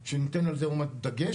שניתן על זה עוד מעט דגש.